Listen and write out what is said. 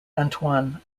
antoine